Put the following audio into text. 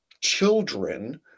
children